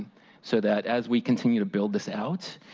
so that as we continue to build this out,